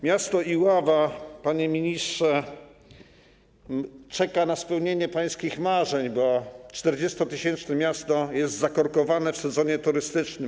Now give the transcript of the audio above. Miasto Iława, panie ministrze, czeka na spełnienie pańskich marzeń, bo 40-tysięczne miasto jest zakorkowane w sezonie turystycznym.